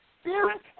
spirit